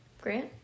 Grant